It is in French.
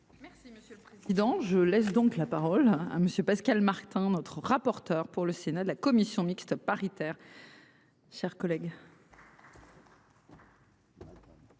Merci monsieur le prix. Dans je laisse donc la parole à monsieur Pascal Martin notre rapporteur pour le Sénat, la commission mixte paritaire. Chers collègues.